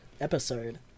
episode